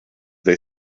they